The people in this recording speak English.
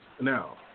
Now